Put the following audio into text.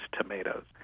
tomatoes